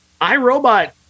iRobot